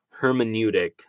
hermeneutic